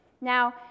Now